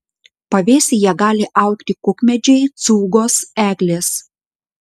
pavėsyje gali augti kukmedžiai cūgos eglės